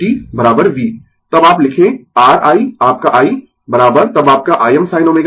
तब आप लिखें R i आपका i तब आपका Imsin ω t